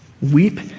weep